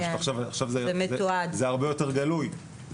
פשוט עכשיו זה הרבה יותר גלוי.